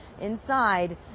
inside